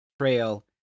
trail